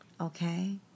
Okay